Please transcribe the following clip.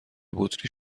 بطری